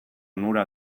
onura